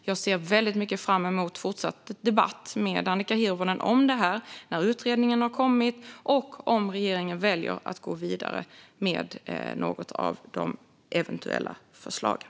Jag ser dock väldigt mycket fram emot fortsatt debatt med Annika Hirvonen om detta när utredningen har kommit och om regeringen väljer att gå vidare med något av de eventuella förslagen.